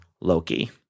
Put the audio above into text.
Loki